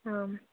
आम्